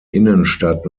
innenstadt